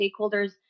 stakeholders